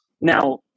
Now